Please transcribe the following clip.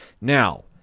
Now